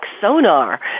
sonar